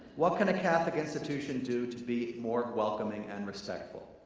what can a catholic institution do to be more welcoming and respectful?